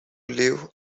leave